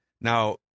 now